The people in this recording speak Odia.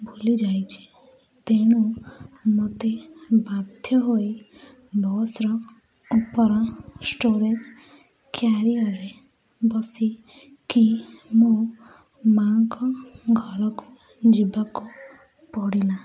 ଭୁଲିଯାଇଛି ତେଣୁ ମୋତେ ବାଧ୍ୟ ହୋଇ ବସ୍ରେ ଉପର ଷ୍ଟୋରେଜ୍ କ୍ୟାରିୟରରେ ବସିକି ମା'ଙ୍କ ଘରକୁ ଯିବାକୁ ପଡ଼ିଲା